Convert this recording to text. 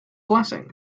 blessing